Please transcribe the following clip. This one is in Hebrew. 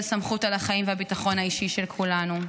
סמכות על החיים והביטחון האישי של כולנו.